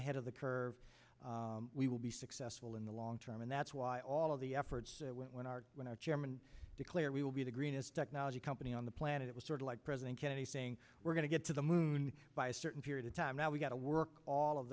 ahead of the curve we will be successful in the long term and that's why all of the efforts when our when our chairman declare we will be the greenest technology company on the planet it was sort of like president kennedy saying we're going to get to the moon by a certain period of time now we've got to work all of